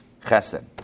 Chesed